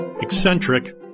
eccentric